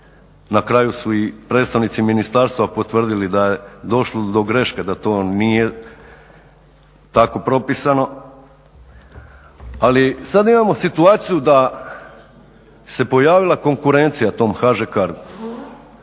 Na kraju su i predstavnici ministarstva potvrdili da je došlo do greške da to nije tako propisano. Ali sada imamo situaciju da se pojavila konkurencija tom HŽ